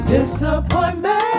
Disappointment